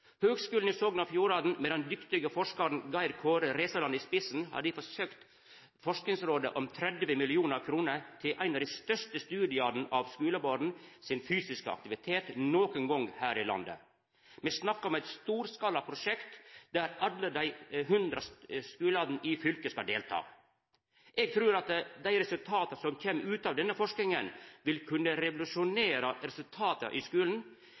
Høgskulen i Sogn og Fjordane, med den dyktige forskaren Geir Kåre Resaland i spissen, har difor søkt Forskingsrådet om 30 mill. kr til eit av dei største studia av skuleborn sin fysiske aktivitet nokon gong her i landet. Me snakkar om eit storskala prosjekt der alle dei 100 skulane i fylket skal delta. Eg trur at dei resultata som kjem ut av denne forskinga, vil kunna revolusjonera resultata i skulen,